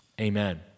Amen